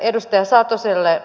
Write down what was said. edustaja satoselle